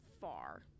far